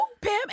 Pam